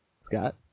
Scott